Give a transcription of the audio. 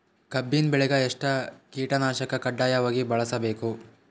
ಕಬ್ಬಿನ್ ಬೆಳಿಗ ಎಷ್ಟ ಕೀಟನಾಶಕ ಕಡ್ಡಾಯವಾಗಿ ಬಳಸಬೇಕು?